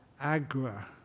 agra